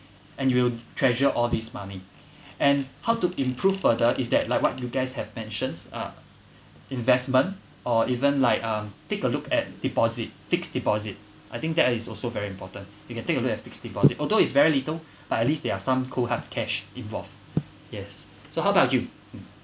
and you will treasure all this money and how to improve further is that like what you guys have mentions are investment or even like uh take a look at deposit fixed deposit I think that is also very important you can take a look at fixed deposit although it's very little but at least they are some cold hard cash involved yes so how about you